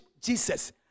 jesus